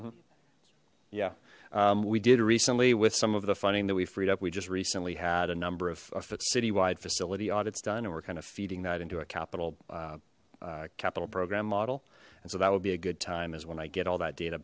timeline yeah we did recently with some of the funding that we freed up we just recently had a number of citywide facility audits done and we're kind of feeding that into a capital capital program model and so that would be a good time is when i get all that data